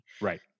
right